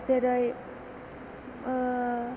जेरै